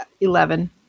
Eleven